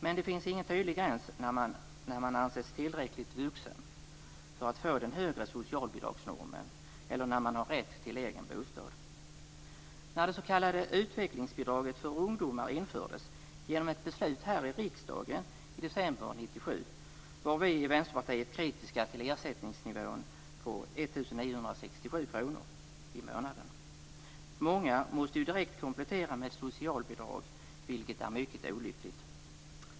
Men det finns ingen tydlig gräns när man anses tillräckligt vuxen för att få den högre socialbidragsnormen eller när man har rätt till egen bostad. När det s.k. utvecklingsbidraget för ungdomar infördes genom ett beslut här i riksdagen i december 1997 var vi i Vänsterpartiet kritiska till ersättningsnivån på 1 967 kr i månaden. Många måste ju direkt komplettera med socialbidrag, vilket är mycket olyckligt.